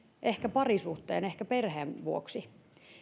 ehkä parisuhteen ehkä perheen vuoksi